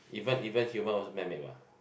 even even human also man made what